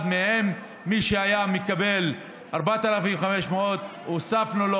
חיילי צה"ל קיבלו 50% תוספת לשכר